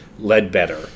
Ledbetter